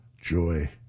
Joy